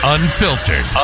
Unfiltered